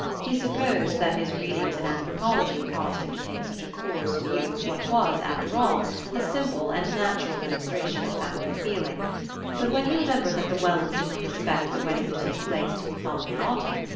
he supposed that his readings in anthropology caused him to take such a coarse view of what was after all a simple and natural demonstration of family feeling but when he remembered that the wellands did not expect the wedding to take place till the following autumn,